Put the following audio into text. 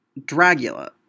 Dragula